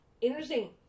interesting